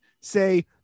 say